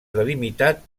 delimitat